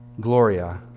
Gloria